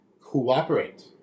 Cooperate